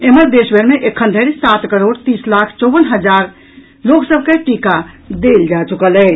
एम्हर देशभरि मे एखन धरि सात करोड़ तीस लाख चौवन हजार लोक सभ के टीका देल जा चुकल अछि